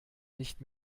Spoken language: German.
nicht